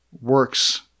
Works